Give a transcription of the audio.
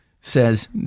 says